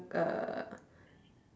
uh